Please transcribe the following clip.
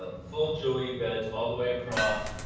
ah full joey beds all the way across.